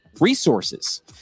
Resources